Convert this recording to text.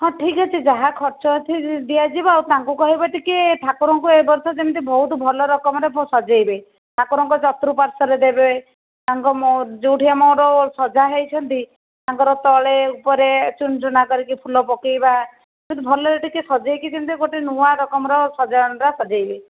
ହଁ ଠିକ୍ ଅଛି ଯାହା ଖର୍ଚ୍ଚ ଅଛି ଦିଆଯିବ ଆଉ ତାଙ୍କୁ କହିବ ଟିକେ ଠାକୁରଙ୍କୁ ଯେମିତି ଏ ବର୍ଷ ଟିକେ ବହୁତ ଭଲ ରକମରେ ସଜେଇବେ ଠାକୁରଙ୍କ ଚର୍ତୁଃପାର୍ଶ୍ବରେ ଦେବେ ତାଙ୍କର ଯେଉଁଠି ଆମର ସଜା ହେଇଛନ୍ତି ତାଙ୍କର ତଳେ ଉପରେ ଚୁନ ଚୁନା କରିକି ଫୁଲ ପକେଇବା ଭଲରେ ଟିକେ ସଜେଇକି ଯେମତି ଗୋଟେ ନୂଆଁ ରକମର ସଜାଣ ଟା ସଜେଇବେ